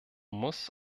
muss